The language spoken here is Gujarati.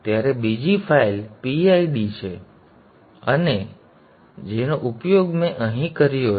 ત્યારે બીજી ફાઇલ PID આ PID છે અને આ તે છે જેનો ઉપયોગ અમે અહીં કર્યો છે